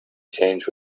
changed